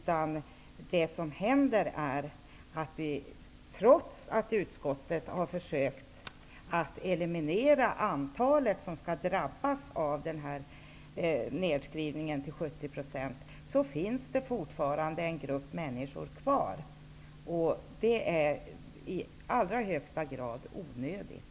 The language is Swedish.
Trots att utskottet har försökt att eliminera det antal personer som skall drabbas av nedskärningen till 70 %, finns det fortfarande en grupp människor kvar som kommer att drabbas. Det är i allra högsta grad onödigt.